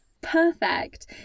perfect